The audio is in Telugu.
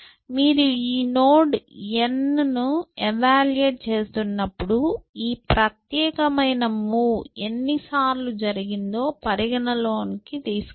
మీరు ఈ నోడ్ n ను ఎవాల్యూయేట్ చేస్తున్నప్పుడు ఈ ప్రత్యేకమైన మూవ్ ఎన్ని సార్లు జరిగిందో పరిగణనలోకి తీసుకోండి